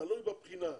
תלוי בבחינה,